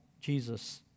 Jesus